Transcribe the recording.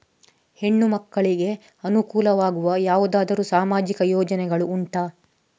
ಹೆಣ್ಣು ಮಕ್ಕಳಿಗೆ ಅನುಕೂಲವಾಗುವ ಯಾವುದಾದರೂ ಸಾಮಾಜಿಕ ಯೋಜನೆಗಳು ಉಂಟಾ?